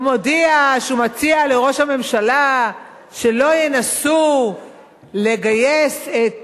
הוא מודיע שהוא מציע לראש הממשלה שלא ינסו לגייס את